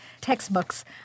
textbooks